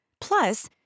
Plus